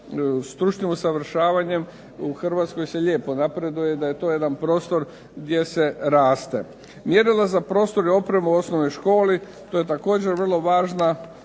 stručnim usavršavanjem u Hrvatskoj se lijepo napreduje da je to jedan prostor gdje se raste. Mjerila za prostor i opremu u osnovnoj školi, to je također vrlo važna,